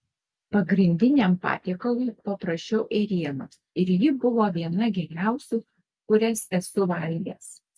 pagrindiniam patiekalui paprašiau ėrienos ir ji buvo viena geriausių kurias esu valgęs